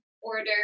order